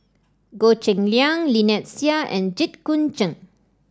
Goh Cheng Liang Lynnette Seah and Jit Koon Ch'ng